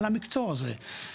במקצוע הזה.